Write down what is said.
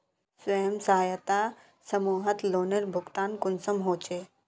स्वयं सहायता समूहत लोनेर भुगतान कुंसम होचे?